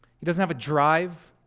he doesn't have a drive,